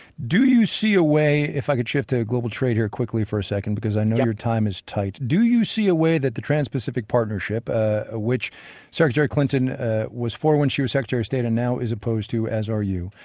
do you see a way if i can shift to global trade here quickly for a second yeah because i know your time is tight. do you see a way that the trans-pacific partnership, ah ah which secretary clinton was for when she was secretary of state and now is opposed to as are you,